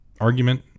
argument